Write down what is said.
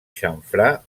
xamfrà